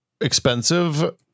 expensive